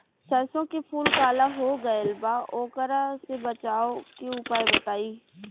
सरसों के फूल काला हो गएल बा वोकरा से बचाव के उपाय बताई?